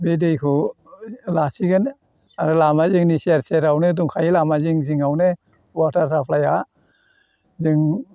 बे दैखौ लासिगोन आरो लामा जोंनि सेर सेरावनो दंखायो लामा जिं जिङावनो वाटार साप्लाया जों